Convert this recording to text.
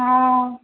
हाँ